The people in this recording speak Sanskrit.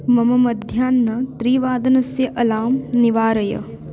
मम मध्याह्न त्रिवादनस्य अलार्म् निवारय